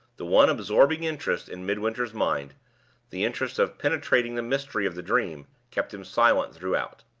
the one absorbing interest in midwinter's mind the interest of penetrating the mystery of the dream kept him silent throughout.